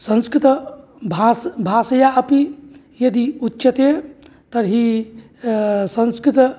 संस्कृतभाषा भाषया अपि यदि उच्यते तर्हि संस्कृत